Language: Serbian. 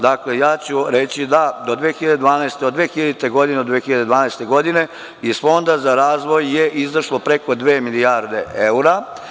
Dakle, ja ću reći da od 2000. do 2012. godine iz Fonda za razvoj je izašlo preko dve milijarde eura.